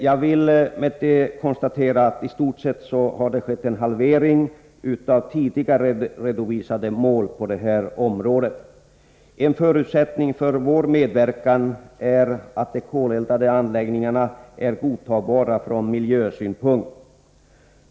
Jag vill göra det konstaterandet att i stort sett en halvering av tidigare redovisade mål har skett på detta område. En förutsättning för vår medverkan är att de koleldade anläggningarna är godtagbara från miljösynpunkt.